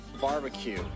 Barbecue